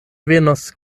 venos